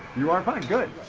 you are fine. good